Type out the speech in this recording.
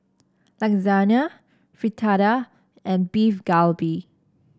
Lasagne Fritada and Beef Galbi